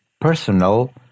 personal